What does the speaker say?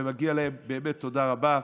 ומגיעה להם באמת תודה רבה,